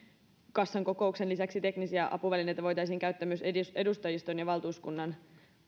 kassan kokouksen lisäksi teknisiä apuvälineitä voitaisiin käyttää myös edustajiston ja valtuuskunnan